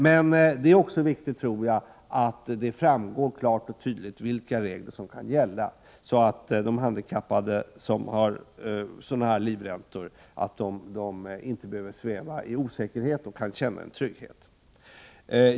Men det är också angeläget att det klart och tydligt framgår vilka regler som gäller, så att de handikappade som uppbär skadelivräntor inte behöver sväva i osäkerhet om detta utan kan känna en trygghet.